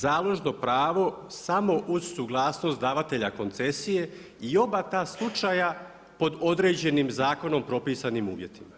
Založno pravo samo uz suglasnost davatelja koncesije i oba ta slučaja pod određenim zakonom propisanim uvjetima.